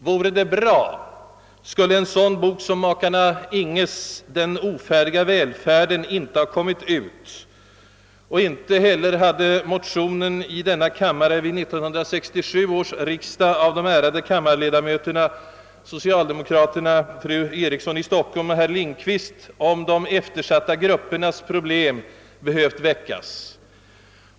Vore det bra, skulle en sådan bok som makarna Inghes »Den ofärdiga välfärden» inte ha kommit ut. Och inte heller hade motion nr II: 842 till 1967 års riksdag av de ärade kammarledamöterna och socialdemokraterna fru Eriksson i Stockholm och herr Lindkvist om de eftersatta gruppernas problem behövt väckas.